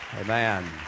Amen